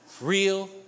Real